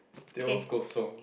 teh O Kosong